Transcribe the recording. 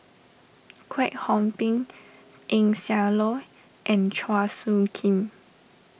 Kwek Hong Png Eng Siak Loy and Chua Soo Khim